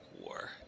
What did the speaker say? War